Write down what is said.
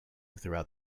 throughout